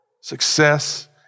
success